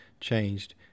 changed